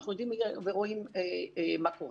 אנחנו יודעים ורואים מה קורה.